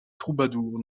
troubadour